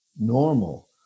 normal